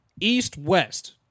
East-West